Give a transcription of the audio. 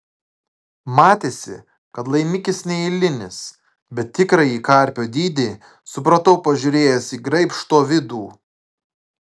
matėsi kad laimikis neeilinis bet tikrąjį karpio dydį supratau pažiūrėjęs į graibšto vidų